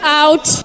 out